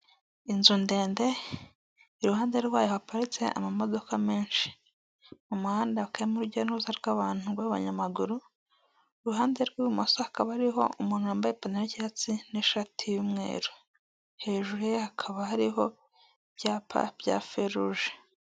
By'ibanze wakora mu gihe habayeho gusohoka kwa gaze, mu gihe uri nko mu nzu ushobora gusohoka cyangwa ugakoresha ubundi buryo bwakurinda kugira ngo itaza kukwangiza.